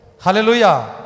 Hallelujah